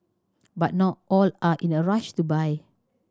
but not all are in a rush to buy